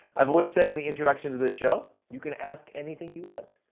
i've always said in the introduction to this show, you can ask anything you want.